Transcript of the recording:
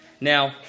Now